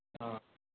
हँ